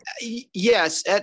Yes